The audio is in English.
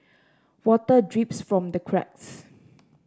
water drips from the cracks